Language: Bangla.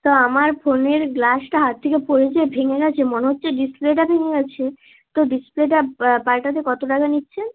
তা আমার ফোনের গ্লাসটা হাত থেকে পড়ে যেয়ে ভেঙে গিয়েছে মনে হচ্ছে ডিসপ্লেটা ভেঙে গিয়েছে তো ডিসপ্লেটা পালটাতে কত টাকা নিচ্ছেন